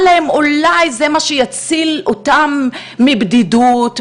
להם שאולי זה מה שיציל אותם מבדידות,